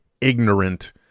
ignorant